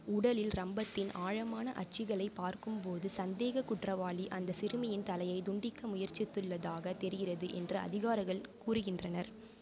உடலில் ரம்பத்தின் ஆழமான அச்சுக்களைப் பார்க்கும்போது சந்தேகக் குற்றவாளி அந்தச் சிறுமியின் தலையை துண்டிக்க முயற்சித்துள்ளதாகத் தெரிகிறது என்று அதிகாரிகள் கூறுகின்றனர்